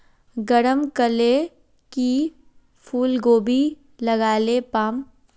गरम कले की फूलकोबी लगाले पाम?